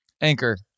Anchor